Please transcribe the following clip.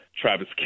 Travis